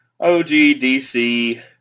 OGDC